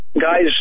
guys